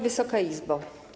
Wysoka Izbo!